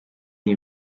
iyi